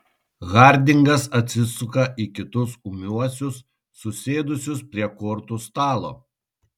hardingas atsisuka į kitus ūmiuosius susėdusius prie kortų stalo